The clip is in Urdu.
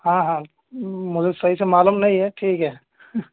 ہاں ہاں مجھے صحیح سے معلوم نہیں ہے ٹھیک ہے